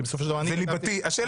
כי בסופו של דבר אני כתבתי --- השאלה